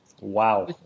Wow